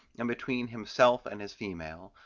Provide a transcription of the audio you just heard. and between himself and his female,